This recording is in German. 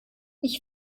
ich